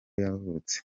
yavutse